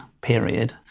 period